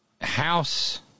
house